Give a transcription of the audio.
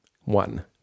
One